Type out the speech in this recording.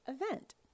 event